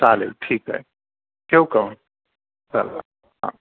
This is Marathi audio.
चालेल ठीक आहे ठेऊ का मग चला हा